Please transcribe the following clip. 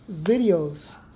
videos